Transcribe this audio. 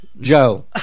Joe